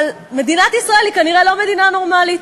אבל מדינת ישראל היא לא מדינה נורמלית.